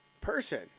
person